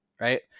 right